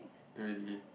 really